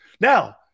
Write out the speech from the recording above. Now